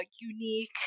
unique